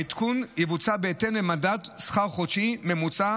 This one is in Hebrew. העדכון יבוצע בהתאם למדד שכר חודשי ממוצע